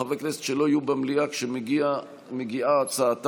חברי כנסת שלא יהיו במליאה כשמגיעה הצעתם,